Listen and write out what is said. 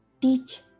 Teach